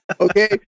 Okay